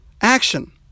action